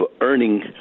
earning